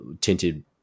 tinted